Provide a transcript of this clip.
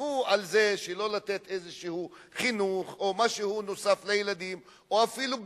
יחסכו על זה שלא לתת חינוך או משהו נוסף לילדים או אפילו ביגוד.